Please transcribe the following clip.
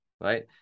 right